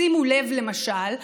שימו לב: למשל,